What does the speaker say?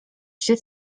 się